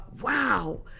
wow